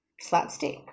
slapstick